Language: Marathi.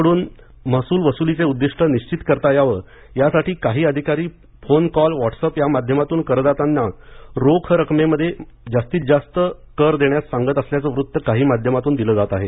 कडून महसूल वसुलीचे उद्दीष्ट निश्चित करता यावे यासाठी काही अधिकारी फोन कॉल व्हॉट्सअॅप या माध्यमातून करदात्यांना रोख रकमेमध्ये मध्ये जास्तीत जास्त कर देय देण्यास सांगत असल्याचं वृत्त काही माध्यमातून दिलं जात आहे